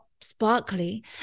sparkly